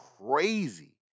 crazy